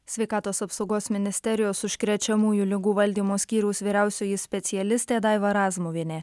sveikatos apsaugos ministerijos užkrečiamųjų ligų valdymo skyriaus vyriausioji specialistė daiva razmuvienė